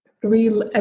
three